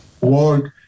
work